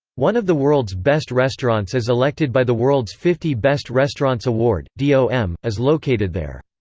one of the world's best restaurants as elected by the world's fifty best restaurants award, d o m, is located there.